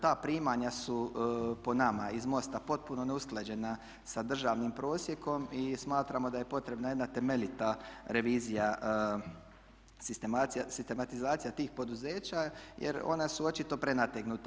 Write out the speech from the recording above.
Ta primanja su po nama iz MOST-a potpuno neusklađena sa državnim prosjekom i smatramo da je potrebna jedna temeljita revizija sistematizacije tih poduzeća jer ona su očito prenategnuta.